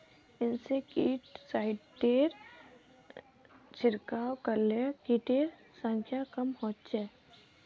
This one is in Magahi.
इंसेक्टिसाइडेर छिड़काव करले किटेर संख्या कम ह छ